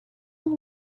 know